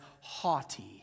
haughty